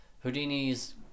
Houdini's